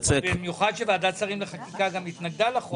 במיוחד שוועדת שרים לחקיקה גם התנגדה לחוק.